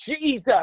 Jesus